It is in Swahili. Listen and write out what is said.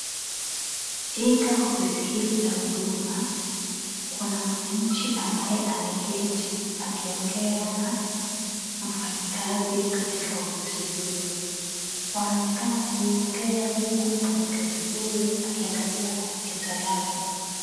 Katika ofisi hili la huduma, kuna mwananchi ambaye ameketi akiongea na mfanyikazi katika ofisi hiyo. Wanaonekana kuongea huku mfanyikazi huyo akiangalia kompyuta yake.